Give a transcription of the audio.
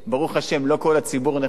ברוך השם לא כל הציבור נכה,